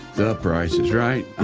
the price is right.